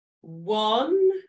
One